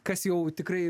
kas jau tikrai